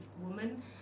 woman